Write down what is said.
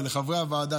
ולחברי הוועדה,